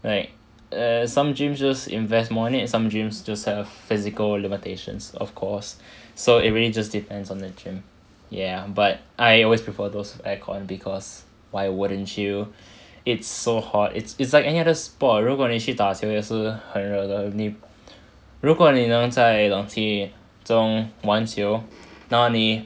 like err some gyms just invest more then some gyms just have physical limitations of course so it really just depends on the gym ya but I always prefer those air con because why wouldn't you it's so hot it's it's like any other sport 如果你去打球也是很热的你如果你能在冷气中玩球那你